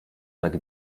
tak